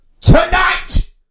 tonight